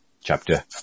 Chapter